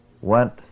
went